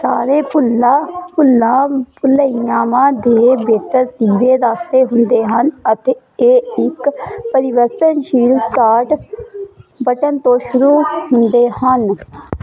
ਸਾਰੇ ਭੁੱਲਾਂ ਭੁੱਲਾਂ ਭਲੱਈਆਵਾਂ ਦੇ ਬੇਤਰਤੀਬੇ ਰਾਸਤੇ ਹੁੰਦੇ ਹਨ ਅਤੇ ਇਹ ਇੱਕ ਪਰਿਵਰਤਨਸ਼ੀਲ ਸਟਾਰਟ ਬਟਨ ਤੋਂ ਸ਼ੁਰੂ ਹੁੰਦੇ ਹਨ